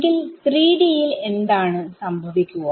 എങ്കിൽ 3D യിൽ എന്താണ് സംഭവിക്കുക